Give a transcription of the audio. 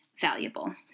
valuable